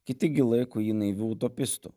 kiti gi laiko jį naiviu utopistu